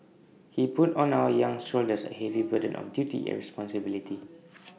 he put on our young shoulders A heavy burden of duty and responsibility